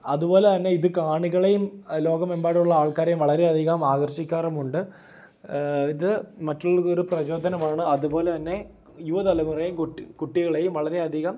അതുപോലെ തന്നെ ഇത് കാണികളെയും ലോകമെമ്പാടും ഉള്ള ആൾക്കാരെയും വളരെ അധികം ആകർഷിക്കാറും ഉണ്ട് ഇത് മറ്റുള്ളവർക്ക് ഒരു പ്രചോദനമാണ് അതുപോലെ തന്നെ യുവതലമുറയേം കുട്ടി കുട്ടികളെയും വളരെ അധികം